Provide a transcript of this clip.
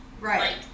Right